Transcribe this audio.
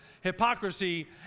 hypocrisy